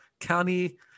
county